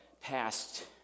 past